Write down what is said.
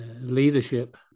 leadership